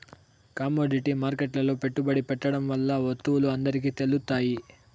commodity మార్కెట్లో పెట్టుబడి పెట్టడం వల్ల వత్తువులు అందరికి తెలుత్తాయి